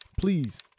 Please